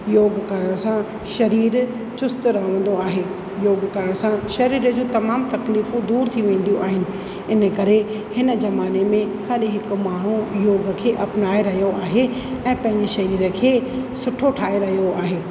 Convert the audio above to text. योगु करण सां शरीरु चुस्तु रहंदो आहे योगु करण सां शरीर जूं तमामु तकलीफ़ूं दूरु थी वेंदियूं आहिनि इन करे हिन ज़माने में हर हिकु माण्हू योग खे अपिनाए रहियो आहे ऐं पंहिंजे शरीर खे सुठो ठाहे रहियो आहे